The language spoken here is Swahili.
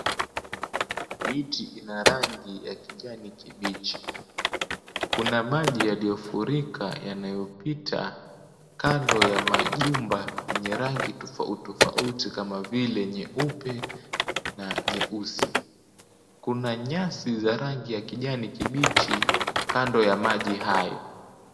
Miti ina rangi ya kijani kibichi. Kuna maji yaliyofurika yanayopita kando ya majumba yenye rangi tofauti tofauti kama vile nyeupe na nyeusi. Kuna nyasi za rangi ya kijani kibichi kando ya maji hayo.